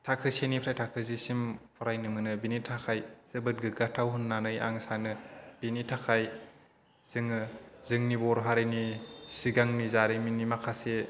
थाखो से निफ्राय थाखो जि सिम फरायनो मोनो बेनि थाखाय जोबोद गोग्गाथाव होन्नानै आं सानो बेनि थाखाय जोङो जोंनि बर' हारिनि सिगांनि जारिमिननि माखासे